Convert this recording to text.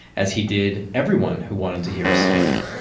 as he did everyone who wanted to hear his story.